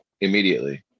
immediately